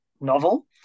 novel